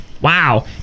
Wow